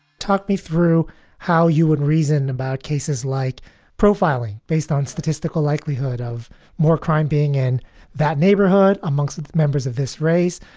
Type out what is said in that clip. talk me through how you would reason about cases like profiling based on statistical likelihood of more crime being in that neighborhood amongst members of this race.